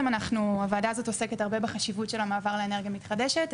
הוועדה הזאת עוסקת הרבה בחשיבות של המעבר לאנרגיה מתחדשת,